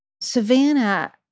Savannah